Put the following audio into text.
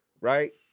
right